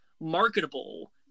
marketable